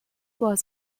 was